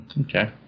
Okay